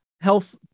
health